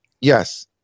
yes